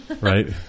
right